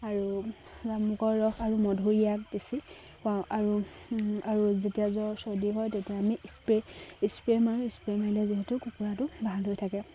আৰু জামুকৰ ৰস আৰু মধুৰিৰ আগ পিছি খোৱাওঁ আৰু যেতিয়া জ্বৰ চৰ্দি হয় তেতিয়া আমি স্প্ৰে স্প্ৰে মাৰোঁ স্প্ৰে মাৰিলে যিহেতু কুকুৰাটো ভাল হৈ থাকে